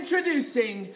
Introducing